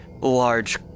large